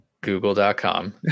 Google.com